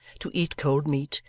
to eat cold meat,